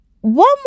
One